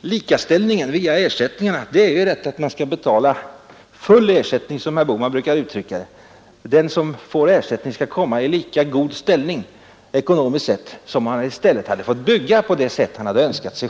likabehandlingen via ersättningar är att man skall betala full ersättning, som herr Bohman brukar uttrycka det. Den som får ersättning skall komma i lika god ställning ekonomiskt sett som om han i stället hade fått bygga på det sätt han själv önskat.